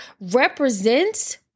represents